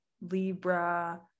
Libra